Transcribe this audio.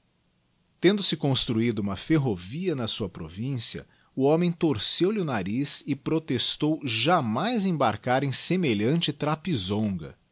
ferro tendo-se construído uma lerro via na sua provinda o homem torceu lhe o nariz e protestou jamais embarcar em semelhante